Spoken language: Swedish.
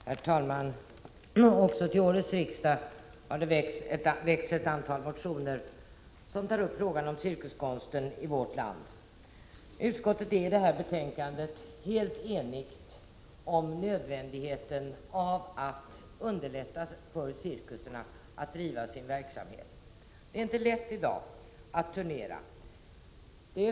Herr talman! Också till årets riksmöte har det väckts ett antal motioner som tar upp frågan om cirkuskonsten i vårt land. Utskottet är i detta betänkande helt enigt om nödvändigheten av att underlätta för cirkusarna att driva sin verksamhet. Det är inte lätt att i dag turnera.